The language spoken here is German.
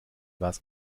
was